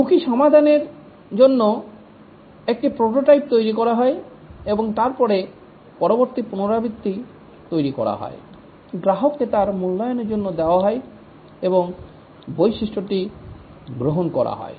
ঝুঁকি সমাধানের জন্য একটি প্রোটোটাইপ তৈরি করা হয় এবং তারপরে পরবর্তী পুনরাবৃত্তি তৈরি করা হয় গ্রাহককে তার মূল্যায়নের জন্য দেওয়া হয় অন্য বৈশিষ্ট্যটি গ্রহণ করা হয়